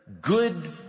good